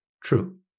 true